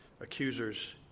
accusers